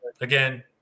again